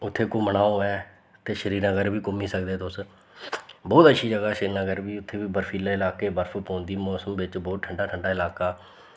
उत्थें घूमना होऐ ते श्रीनगर बी घूमी सकदे तुस बोह्त अच्छी जगह् ऐ श्रीनगर बी उत्थें बी बर्फीलें लाकें बर्फ पौंदी मौसम बिच्च बोह्त ठंडा ठंडा लाका